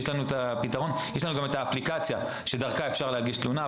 יש לנו גם את האפליקציה, שדרכה אפשר להגיש תלונה.